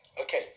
Okay